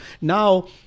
Now